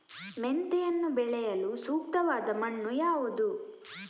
ಮೆಂತೆಯನ್ನು ಬೆಳೆಯಲು ಸೂಕ್ತವಾದ ಮಣ್ಣು ಯಾವುದು?